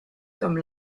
comme